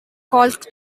called